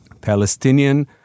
Palestinian